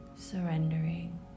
surrendering